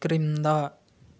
క్రింద